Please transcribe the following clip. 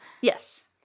yes